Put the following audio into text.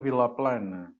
vilaplana